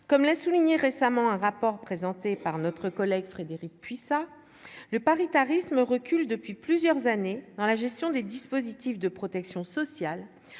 comme l'a souligné récemment un rapport présenté par notre collègue Frédérique Puissat le paritarisme recule depuis plusieurs années dans la gestion des dispositifs de protection sociale,